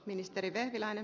arvoisa puhemies